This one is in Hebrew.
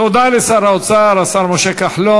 תודה לשר האוצר, השר משה כחלון.